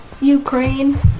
Ukraine